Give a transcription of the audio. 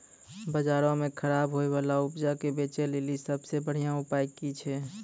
बजारो मे खराब होय बाला उपजा के बेचै लेली सभ से बढिया उपाय कि छै?